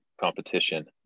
competition